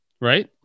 Right